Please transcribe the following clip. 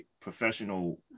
professional